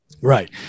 Right